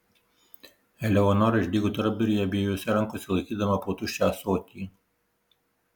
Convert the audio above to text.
eleonora išdygo tarpduryje abiejose rankose laikydama po tuščią ąsotį